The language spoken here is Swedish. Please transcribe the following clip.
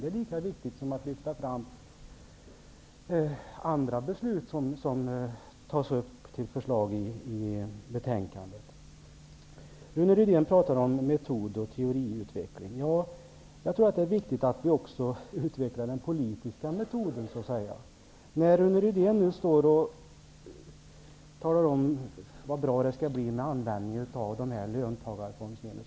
Det är lika viktigt som att lyfta fram andra förslag som finns i betänkandet. Det är viktigt att vi också utvecklar den politiska metoden. Rune Rydén står nu och talar om hur bra det kommer att bli med användningen av dessa löntagarfondsmedel.